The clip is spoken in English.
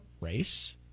race